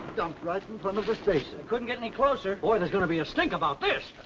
dumped right in front of the station. couldn't get any closer. boy, there's gonna be a stink about this.